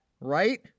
right